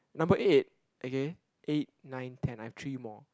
number eight okay eight nine ten I have three more